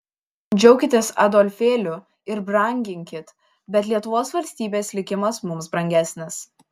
džiaukitės adolfėliu ir branginkit bet lietuvos valstybės likimas mums brangesnis